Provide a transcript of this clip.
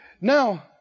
Now